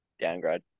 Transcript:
Downgrade